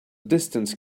distance